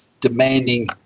demanding